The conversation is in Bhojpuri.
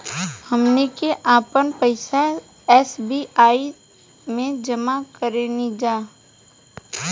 हमनी के आपन पइसा एस.बी.आई में जामा करेनिजा